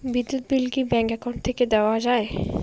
বিদ্যুৎ বিল কি bank account থাকি দেওয়া য়ায়?